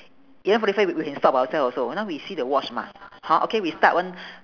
eleven forty five we we can stop ourselves also now we see the watch mah hor okay we start one